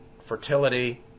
fertility